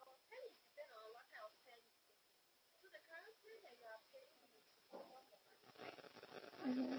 mmhmm